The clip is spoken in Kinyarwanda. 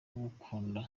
gukunda